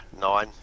nine